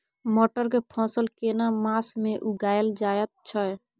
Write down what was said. मटर के फसल केना मास में उगायल जायत छै?